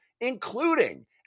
including